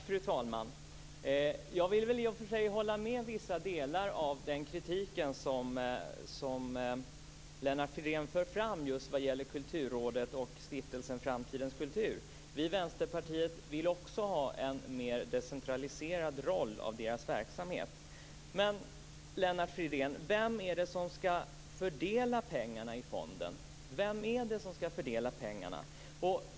Fru talman! Jag vill i och för sig hålla med i vissa delar av den kritik som Lennart Fridén för fram vad gäller Kulturrådet och Stiftelsen framtidens kultur. Vi i Vänsterpartiet vill också ha en mer decentraliserad roll för deras verksamhet. Men, Lennart Fridén, vem är det som skall fördela pengarna i fonden? Vem skall fördela pengarna?